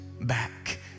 back